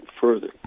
further